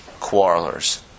quarrelers